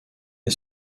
est